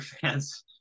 fans